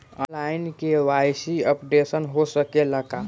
आन line KYC updation हो सकेला का?